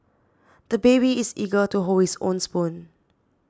the baby is eager to hold his own spoon